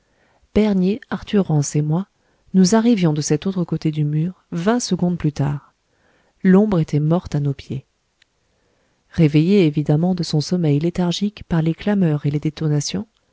bernier arthur rance et moi nous arrivions de cet autre côté du mur vingt secondes plus tard l'ombre était morte à nos pieds réveillé évidemment de son sommeil léthargique par les clameurs et les détonations